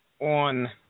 on